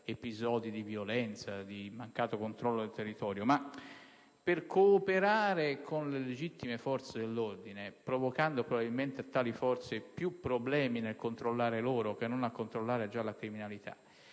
episodi di violenza, di mancato controllo del territorio, ma per cooperare con le legittime forze dell'ordine, provocando probabilmente a tali forze più problemi nel controllare loro che non già la criminalità.